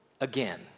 again